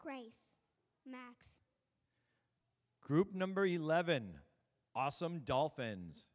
great group number eleven awesome dolphins